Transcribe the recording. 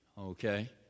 okay